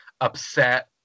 upset